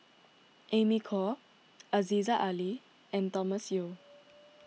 Amy Khor Aziza Ali and Thomas Yeo